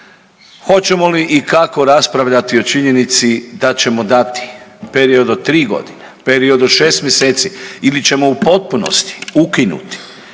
Hoćemo li i kako raspravljati o činjenici da ćemo dati period od tri godine, period od šest mjeseci ili ćemo u potpunosti ukinuti